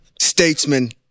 Statesman